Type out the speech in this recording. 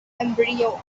embryo